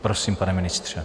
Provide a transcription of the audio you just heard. Prosím, pane ministře.